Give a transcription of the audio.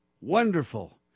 wonderful